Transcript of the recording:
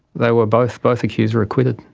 they were both, both accused were acquitted.